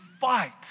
fight